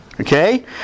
Okay